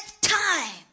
time